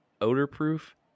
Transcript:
odor-proof